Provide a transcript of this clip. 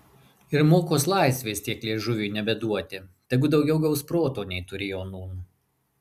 ir mokos laisvės tiek liežuviui nebeduoti tegu daugiau gaus proto nei turėjo nūn